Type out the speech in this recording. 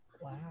Wow